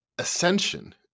Ascension